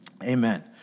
Amen